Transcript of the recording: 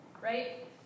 right